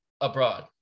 abroad